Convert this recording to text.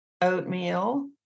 oatmeal